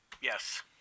Yes